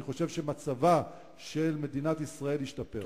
אני חושב שמצבה של מדינת ישראל ישתפר.